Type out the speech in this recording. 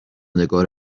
نگار